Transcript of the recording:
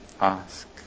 ask